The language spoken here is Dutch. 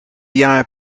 jaar